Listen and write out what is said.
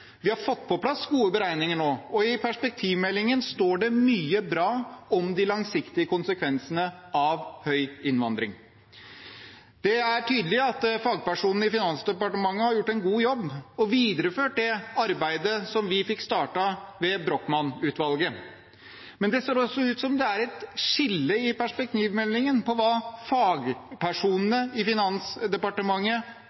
Vi har fått på plass gode beregninger nå, og i perspektivmeldingen står det mye bra om de langsiktige konsekvensene av høy innvandring. Det er tydelig at fagpersonene i Finansdepartementet har gjort en god jobb og videreført det arbeidet som vi fikk startet ved Brochmann II-utvalget. Men det ser ut som det er et skille i perspektivmeldingen